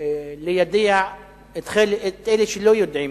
ליידע אתכם, את אלה שלא יודעים: